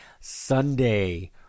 Sunday